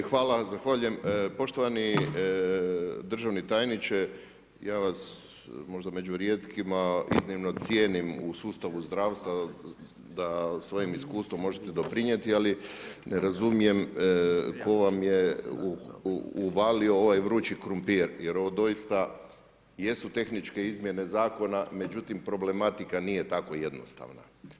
Poštovanje, zahvaljujem, poštovani državni tajniče, ja vas možda među rijetkima iznimno cijenim u sustavu zdravstva da svojim iskustvom možete doprinijeti, ali ne razumijem tko vam je uvalio ovaj vrući krumpir, jer ovo doista jesu tehničke izmjene zakona, međutim problematika nije tako jednostavna.